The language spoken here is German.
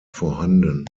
vorhanden